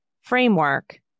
framework